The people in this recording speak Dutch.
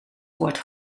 wordt